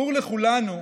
ברור לכולנו,